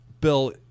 Bill